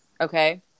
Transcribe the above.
okay